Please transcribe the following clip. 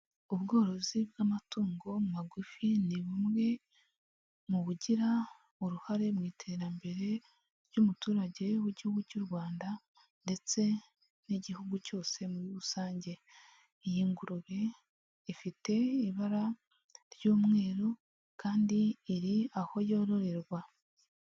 Ubworozi bw'amatungo magufi ni bumwe mu bugira uruhare mu iterambere ry'umuturage w'igihugu cy'u Rwanda ndetse n'igihugu cyose muri rusange, iyi ngurube ifite ibara ry'umweru kandi iri aho yororerwa.